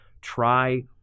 try